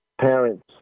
parents